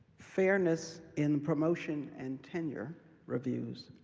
fairness in promotion and tenure reviews,